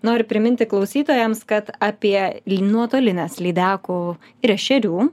noriu priminti klausytojams kad apie nuotolines lydekų ir ešerių